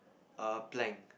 err plank